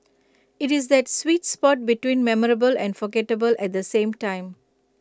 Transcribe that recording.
IT is that sweet spot between memorable and forgettable at the same time